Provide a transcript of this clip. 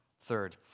Third